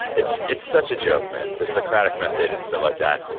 it's it's such a joke, man. the socratic method, and stuff like that.